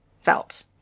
felt